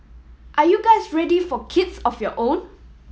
are you guys ready for kids of your own